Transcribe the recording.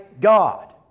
God